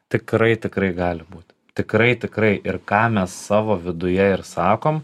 tikrai tikrai gali būti tikrai tikrai ir ką mes savo viduje ir sakom